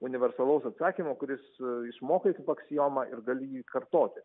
universalaus atsakymo kuris išmokai kaip aksiomą ir gali jį kartoti